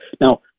now